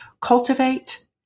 Cultivate